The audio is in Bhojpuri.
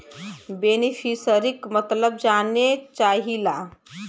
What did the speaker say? बेनिफिसरीक मतलब जाने चाहीला?